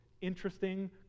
interesting